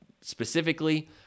specifically